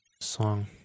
song